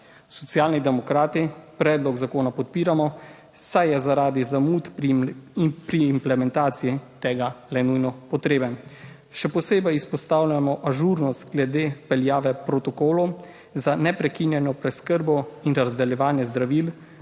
Socialni demokrati predlog zakona podpiramo, saj je zaradi zamud pri implementaciji tega le nujno potreben. Še posebej izpostavljamo ažurnost glede vpeljave protokolov za neprekinjeno preskrbo in razdeljevanje zdravil